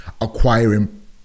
acquiring